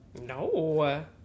No